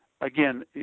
Again